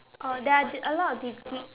oh there are a lot of degree